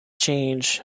change